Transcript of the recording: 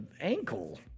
ankle